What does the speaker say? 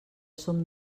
som